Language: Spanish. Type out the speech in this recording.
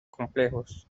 complejos